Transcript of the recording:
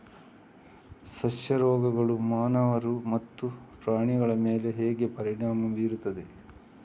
ಸಸ್ಯ ರೋಗಗಳು ಮಾನವರು ಮತ್ತು ಪ್ರಾಣಿಗಳ ಮೇಲೆ ಹೇಗೆ ಪರಿಣಾಮ ಬೀರುತ್ತವೆ